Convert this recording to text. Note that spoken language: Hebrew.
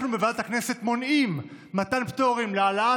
אנחנו בוועדת הכנסת מונעים מתן פטורים להעלאת